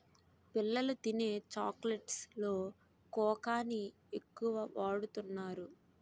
పిల్లలు తినే చాక్లెట్స్ లో కోకాని ఎక్కువ వాడుతున్నారు